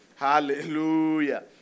Hallelujah